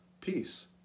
peace